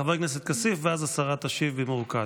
חבר הכנסת כסיף, ואז השרה תשיב במרוכז.